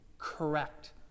Correct